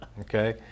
okay